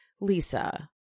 Lisa